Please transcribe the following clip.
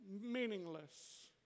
meaningless